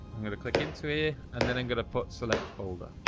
i'm gonna click into here and then i'm gonna put select folder